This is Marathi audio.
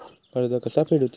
कर्ज कसा फेडुचा?